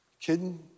kidding